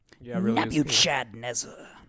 Nebuchadnezzar